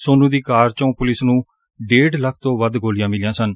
ਸੋਨੂੰ ਦੀ ਕਾਰ ਚੋਂ ਪੁਲਿਸ ਨੂੰ ਡੇਡ ਲੱਖ ਤੋਂ ਵੱਧ ਗੋਲੀਆਂ ਮਿਲੀਆਂ ਸਨ